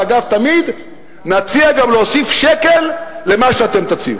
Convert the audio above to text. ואגב, תמיד נציע גם להוסיף שקל על מה שאתם תציעו.